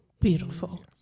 Beautiful